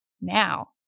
now